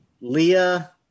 Leah